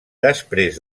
després